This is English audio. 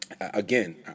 Again